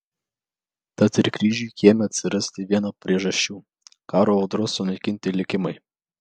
tad ir kryžiui kieme atsirasti viena priežasčių karo audros sunaikinti likimai